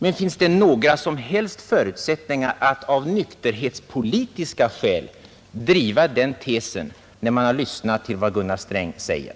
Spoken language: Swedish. Men finns det någon som helst anledning att av nykterhetspolitiska skäl driva den tesen, när man har lyssnat till vad Gunnar Sträng säger?